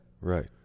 Right